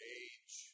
age